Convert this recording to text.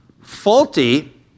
faulty